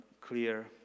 clear